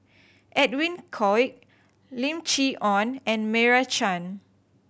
Edwin Koek Lim Chee Onn and Meira Chand